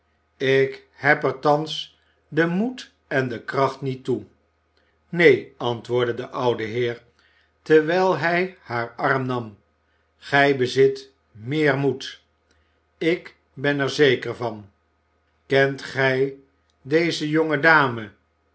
ik heb er thans den moed en de kracht niet toe neen antwoordde de oude heer terwijl hij haar arm nam gij bezit meer moed ik ben er zeker van kent gij deze